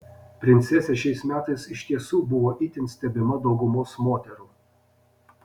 princesė šiais metais iš tiesų buvo itin stebima daugumos moterų